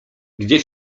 gdzie